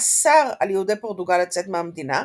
אסר על יהודי פורטוגל לצאת מהמדינה,